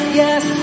yes